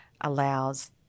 allows